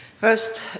First